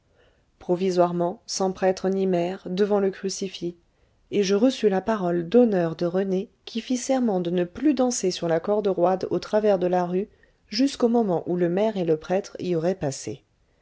provisoirement sans prêtre ni maire devant le crucifix et je reçus la parole d'honneur de rené qui fit serment de ne plus danser sur la corde roide au travers de la rue jusqu'au moment où le maire et le prêtre y auraient passé